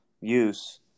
use